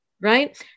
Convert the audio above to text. right